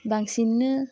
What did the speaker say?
बांसिन्नो